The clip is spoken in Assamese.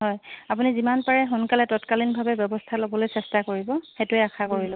হয় আপুনি যিমান পাৰে সোনকালে তৎকালীনভাৱে ব্যৱস্থা ল'বলৈ চেষ্টা কৰিব সেইটোৱে আশা কৰিলো